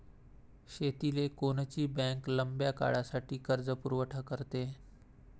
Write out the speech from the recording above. शेतीले कोनची बँक लंब्या काळासाठी कर्जपुरवठा करते?